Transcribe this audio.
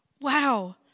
Wow